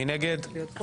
מי נגד?